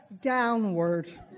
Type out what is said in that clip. downward